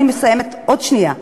אני מסיימת, עוד שנייה.